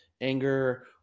anger